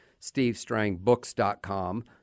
SteveStrangBooks.com